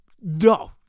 no